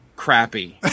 Crappy